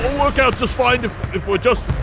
work out just fine if we're just